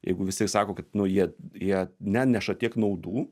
jeigu visi sako kad nu jie jie neneša tiek naudų